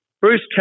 Bruce